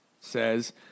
says